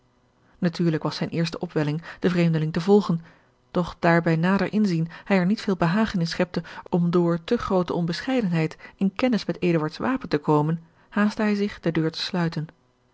natuurlijk was zijne eerste opwelling den vreemdeling te volgen doch daar bij nader inzien hij er niet veel behagen in schepte om door te groote onbescheidenheid in kennis met eduards wapen te komen haastte hij zich de deur te sluiten